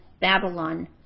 Babylon